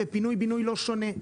ופינוי-בינוי לא שונה.